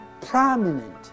prominent